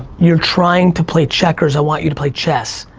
you're trying to play checkers, i want you to play chess.